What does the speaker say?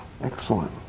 Excellent